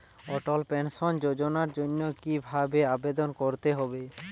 অটল pension যোজনার জন্য কি ভাবে আবেদন করতে হয়?